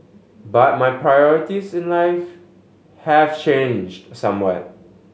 but my priorities in life have changed somewhat